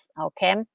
okay